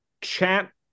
chat